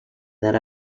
that